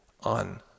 on